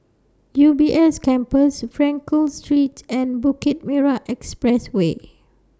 U B S Campus Frankel Street and Bukit Timah Expressway